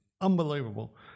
unbelievable